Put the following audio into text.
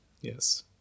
Yes